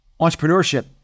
entrepreneurship